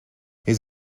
his